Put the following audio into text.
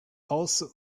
also